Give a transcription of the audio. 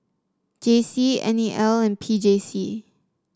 J C N E L and P J C